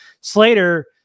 Slater